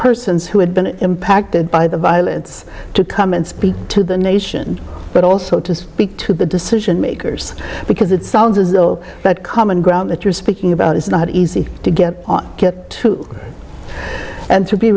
persons who had been impacted by the violence to come and speak to the nation but also to speak to the decision makers because it sounds as though that common ground that you're speaking about is not easy to get to and to be